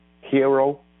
Hero